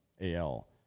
AL